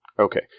Okay